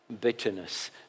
bitterness